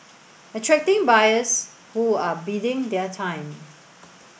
attracting buyers who are biding their time